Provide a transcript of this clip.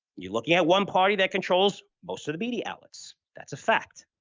you're looking at one party that controls most of the media outlets. that's a fact.